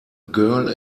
girl